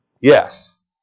Yes